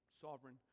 sovereign